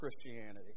Christianity